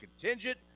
contingent